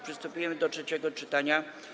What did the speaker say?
Przystępujemy do trzeciego czytania.